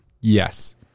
yes